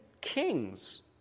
kings